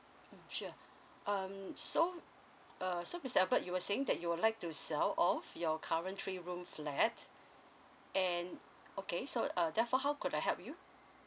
mm sure um so err so mister albert you were saying that you would like to sell off your current three room flat and okay so uh therefore how could I help you